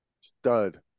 Stud